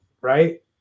Right